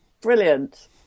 Brilliant